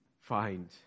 find